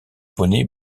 poney